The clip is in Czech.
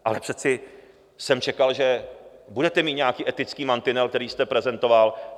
Ale přece jsem čekal, že budete mít nějaký etický mantinel, který jste prezentoval.